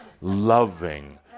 loving